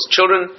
Children